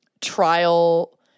trial